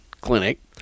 clinic